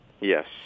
Yes